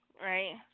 right